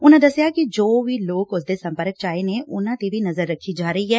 ਉਨੂਾ ਦਸਿਆ ਕਿ ਜੋ ਲੋਕ ਉਸਦੇ ਸੰਪਰਕ ਚ ਆਏ ਨੇ ਉਨੂਾਂ ਤੇ ਵੀ ਨਜ਼ਰ ਰੱਖੀ ਜਾ ਰਹੀ ਐ